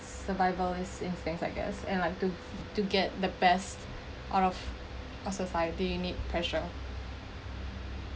survival as in things I guess and like to to get the best out of our society need pressure